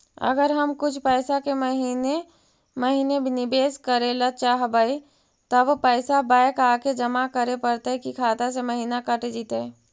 अगर हम कुछ पैसा के महिने महिने निबेस करे ल चाहबइ तब पैसा बैक आके जमा करे पड़तै कि खाता से महिना कट जितै?